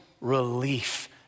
relief